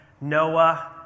Noah